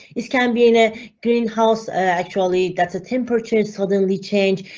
this can be in a greenhouse. actually, that's a temperature suddenly change,